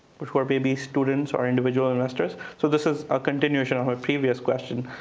but who are maybe students or individual investors so this is a continuation of my previous question.